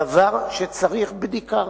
דבר שצריך בדיקה.